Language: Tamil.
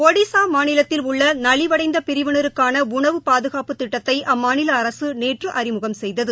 ஒடிஸா மாநிலத்தில் உள்ள நலிவடைந்த பிரிவினருக்கான உணவு பாதுகாப்பு திட்டத்தை அம்மாநில அரசு நேற்று அறிமுகம் செய்தது